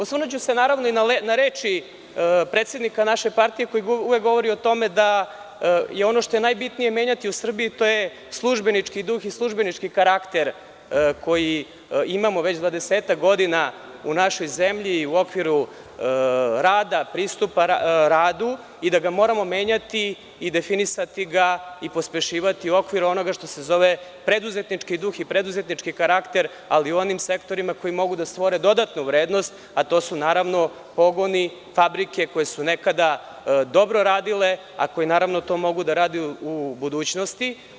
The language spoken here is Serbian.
Osvrnuću se i na reči predsednika naše partije koji govori da ono što je najbitnije menjati u Srbiji, a to je službenički duh i službenički karakter koji imamo već 20 godina u našoj zemlji u okviru rada, pristupa radu i da ga moramo menjati i definisati i pospešivati u okviru onoga što se zove preduzetnički duh i preduzetnički karakter, ali u onim sektorima koji mogu da stvore dodatnu vrednost, a to su pogoni, fabrike koje su nekada dobro radile, a koje to mogu da rade i u budućnosti.